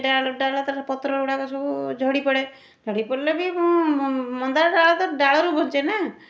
ସେ ଡାଳ ଡାଳ ତାର ପତ୍ର ଗୁଡ଼ାକ ସବୁ ଝଡ଼ି ପଡ଼େ ଝଡ଼ି ପଡ଼ିଲେ ବି ମୁଁ ମନ୍ଦାର ଡାଳ ତ ଡାଳରୁ ବଞ୍ଚେନା